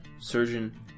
surgeon